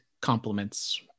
compliments